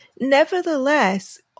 nevertheless